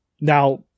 now